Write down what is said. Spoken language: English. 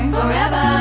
Forever